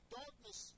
darkness